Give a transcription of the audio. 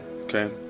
Okay